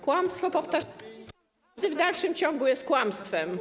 Kłamstwo powtarzane w dalszym ciągu jest kłamstwem.